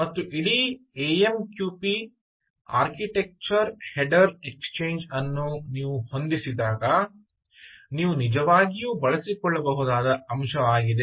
ಮತ್ತು ಇಡೀ AMQP architecture header exchange ಅನ್ನು ನೀವು ಹೊಂದಿಸಿದಾಗ ನೀವು ನಿಜವಾಗಿಯೂ ಬಳಸಿಕೊಳ್ಳಬಹುದಾದ ಅಂಶಆಗಿದೆ